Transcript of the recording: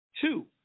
Two